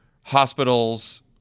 hospitals